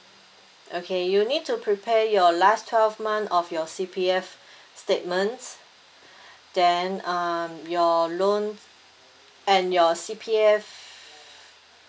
okay you need to prepare your last twelve month of your C_P_F statements then um your loan and your C_P_F